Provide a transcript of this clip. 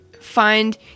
find